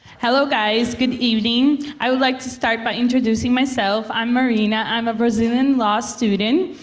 hello, guys, good evening. i would like to start by introducing myself. i'm marina, i'm a brazilian law student.